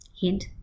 Hint